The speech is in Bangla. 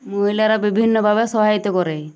মহিলারা বিভিন্নভাবে সহায়তা করে